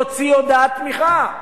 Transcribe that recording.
הוציא הודעת תמיכה.